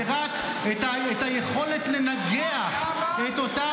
כל מה שהם נותנים לכם זה רק את היכולת לנגח את אותן